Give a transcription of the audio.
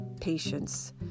patience